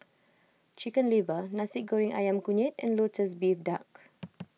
Chicken Liver Nasi Goreng Ayam Kunyit and Lotus Leaf Duck